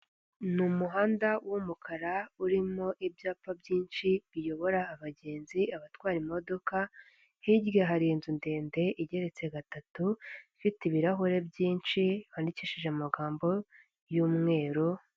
Ni umuhanda w'umukara urimo ibyapa byinshi biyobora abagenzi, abatwara imodoka, hirya hari inzu ndende igeretse gatatu ifite ibirahure byinshi handikishije amagambo y'umweru.